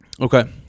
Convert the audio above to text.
Okay